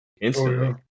instantly